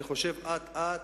אט-אט